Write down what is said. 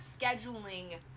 scheduling